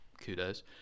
kudos